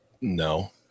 no